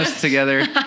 together